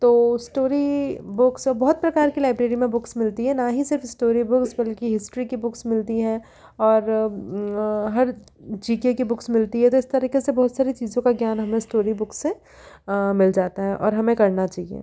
तो story book से बहुत प्रकार की लाइब्रेरी में बुक्स मिलती हैं ना ही सिर्फ स्टोरी बुक्स बल्कि हिस्ट्री की बुक्स मिलती है और हर जी के की बुक्स मिलती है तो इस तरीके से बहुत सारी चीजों का ज्ञान हमें स्टोरी बुक से मिल जाता है और हमें करना चाहिए